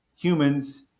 humans